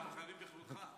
גם אתה, אנחנו חייבים בכבודך.